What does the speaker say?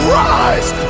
rise